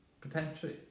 potentially